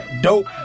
Dope